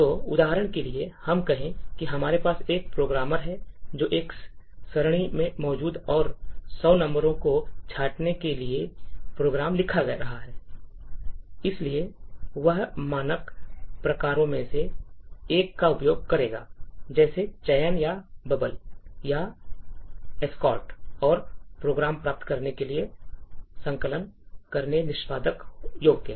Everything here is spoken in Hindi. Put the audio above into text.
तो उदाहरण के लिए हम कहें कि हमारे पास एक प्रोग्रामर है जो एक सरणी में मौजूद सौ नंबरों को छाँटने के लिए एक प्रोग्राम लिख रहा है इसलिए वह मानक प्रकारों में से एक का उपयोग करेगा जैसे चयन या बबल या एस्कॉर्ट और प्रोग्राम प्राप्त करने के लिए संकलन करें निष्पादन योग्य